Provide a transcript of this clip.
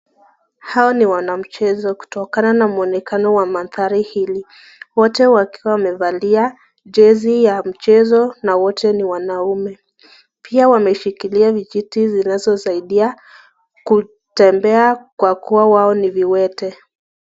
Hao ni wanamchezo kutokana na mwonekano wa mandhari hili. Wote wakiwa wamevalia jezi ya mchezo na wote ni wanaume. Pia wameshikilia vijiti zinazosaidia kutembea kwa kuwa wao ni viwete.